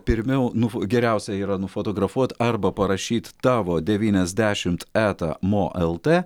pirmiau nu geriausia yra nufotografuot arba parašyt tavo devyniasdešimt eta mo lt